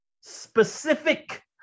Specific